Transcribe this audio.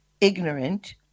ignorant